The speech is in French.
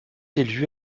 élue